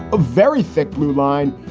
a very thick blue line.